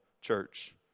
church